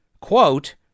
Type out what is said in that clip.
quote